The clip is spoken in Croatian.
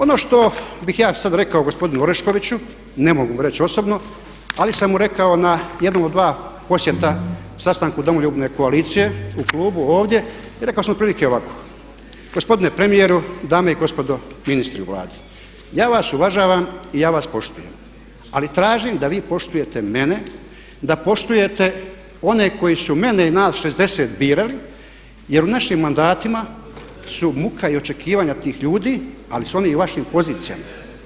Ono što bih ja sad rekao gospodinu Oreškoviću, ne mogu mu reći osobno, ali sam mu rekao na jednom od dva posjeta sastanku Domoljubne koalicije u klubu ovdje i rekao sam otprilike ovako gospodine premijeru, dame i gospodo ministri u Vladi ja vas uvažavam i ja vas poštujem ali tražim da vi poštujete mene, da poštujete one koji su mene i nas 60 birali jer u našim mandatima su muka i očekivanja tih ljudi, ali su oni i u vašim pozicijama.